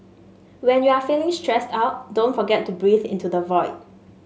when you are feeling stressed out don't forget to breathe into the void